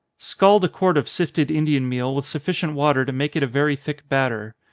scald a quart of sifted indian meal with sufficient water to make it a very thick batter.